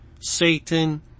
Satan